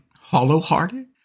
hollow-hearted